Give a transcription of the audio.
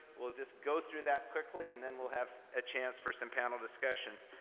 we'll just go through that quickly, and then we'll have a chance for some panel discussions.